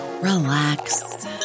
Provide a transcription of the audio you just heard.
relax